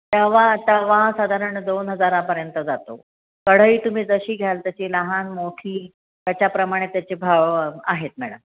तवा तवा साधारण दोन हजारापर्यंत जातो कढई तुम्ही जशी घ्याल तशी लहान मोठी त्याच्याप्रमाणे त्याचे भाव आहेत मॅडम